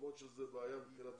למרות שזה בעיה מבחינה תקציבית.